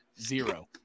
zero